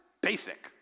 basic